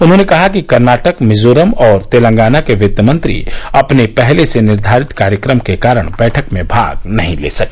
उन्होंने कहा कि कर्नाटक मिजोरम और तेलंगाना के वित्तमंत्री अपने पहले से निर्वारित कार्यक्रम के कारण बैठक में भाग नहीं ले सके